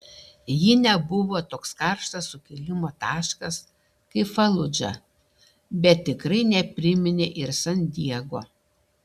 ji nebuvo toks karštas sukilimo taškas kaip faludža bet tikrai nepriminė ir san diego